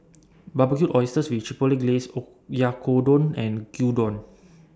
Barbecued Oysters with Chipotle Glaze Oyakodon and Gyudon